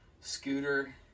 Scooter